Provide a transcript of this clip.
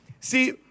See